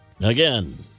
Again